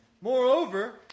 Moreover